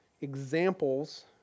examples